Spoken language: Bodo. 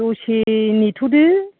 दसे नेथ'दो